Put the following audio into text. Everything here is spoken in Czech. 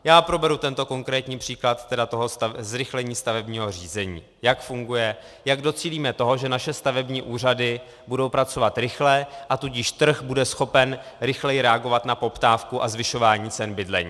Já proberu tento konkrétní příklad toho zrychlení stavebního řízení, jak funguje, jak docílíme toho, že naše stavební úřady budou pracovat rychle, a tudíž trh bude schopen rychleji reagovat na poptávku a zvyšování cen bydlení.